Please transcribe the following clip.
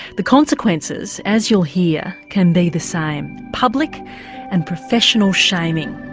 the consequences as you'll hear can be the same public and professional shaming.